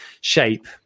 shape